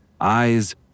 eyes